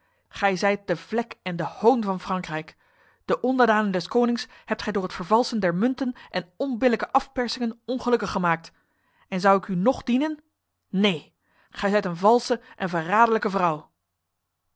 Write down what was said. gij zijt de vlek en de hoon van frankrijk de onderdanen des konings hebt gij door het vervalsen der munten en onbillijke afpersingen ongelukkig gemaakt en zou ik u nog dienen neen gij zijt een valse en verraderlijke vrouw